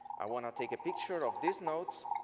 i want to take a picture of these notes